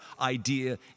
idea